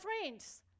friends